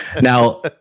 now